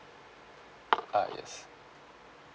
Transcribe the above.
uh yes